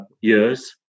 years